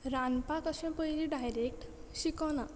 रांदपाक अशें पयली डायरेक्ट शिकूंकना